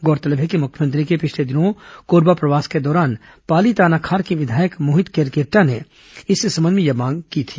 गौरतलब है कि मुख्यमंत्री के पिछले दिनों कोरबा प्रवास के दौरान पाली तानाखार के विधायक मोहित केरकेट्टा ने इस संबंध में यह मांग की थी